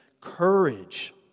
courage